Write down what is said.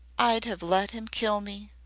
i'd have let him kill me.